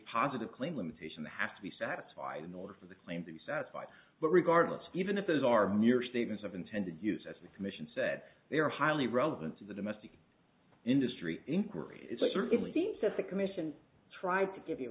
positive claim limitation has to be satisfied in order for the claim to be satisfied but regardless even if those are mere statements of intended use as the commission said they are highly relevant to the domestic industry inquiry it certainly seems that the commission tried to give you